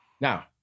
Now